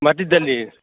মাটিদালিৰ